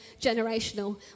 generational